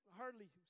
hardly